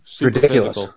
Ridiculous